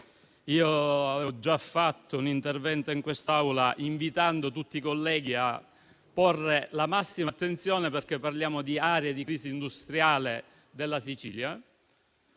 Avevo già fatto un intervento in quest'Aula invitando tutti i colleghi a porre la massima attenzione perché parliamo di aree di crisi industriale della Sicilia,